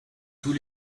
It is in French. tous